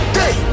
day